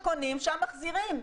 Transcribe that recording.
במקום שקונים שם מחזירים.